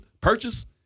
purchase